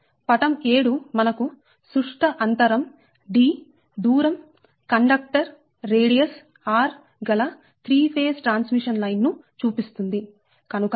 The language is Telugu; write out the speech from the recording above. పటం 7 మనకు సుష్ట అంతరం d దూరం కండక్టర్ రేడియస్ r గల 3 ఫేస్ ట్రాన్స్మిషన్ లైన్ చూపిస్తుంది